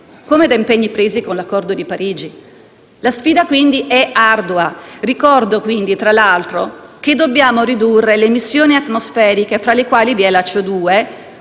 (come da impegni presi con l'accordo di Parigi). La sfida quindi è ardua. Ricordo, tra l'altro, che dobbiamo ridurre le emissioni atmosferiche, fra le quali vi è la CO2,